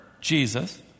Jesus